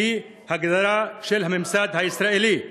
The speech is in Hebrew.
לפי הגדרה של הממסד הישראלי,